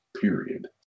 Period